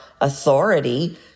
authority